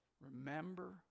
remember